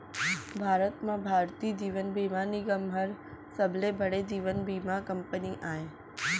भारत म भारतीय जीवन बीमा निगम हर सबले बड़े जीवन बीमा कंपनी आय